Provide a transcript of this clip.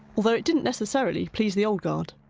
although it didn't necessarily please the old guard.